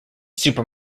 super